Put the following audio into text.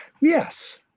Yes